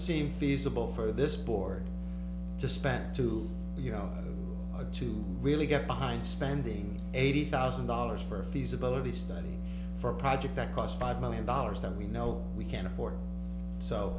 seem feasible for this board just back to you know to really get behind spending eighty thousand dollars for a feasibility study for a project that cost five million dollars that we know we can't afford so